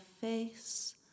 face